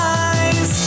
eyes